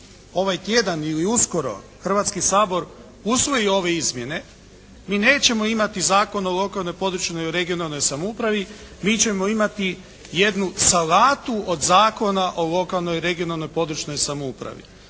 ovaj tjedan ili uskoro Hrvatski sabor usvoji ove izmjene mi nećemo imati Zakon o lokalnoj i područnoj regionalnoj samoupravi, mi ćemo imati jednu salatu od Zakona o lokalnoj i regionalnoj područnoj samoupravi